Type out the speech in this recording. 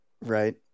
Right